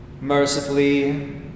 mercifully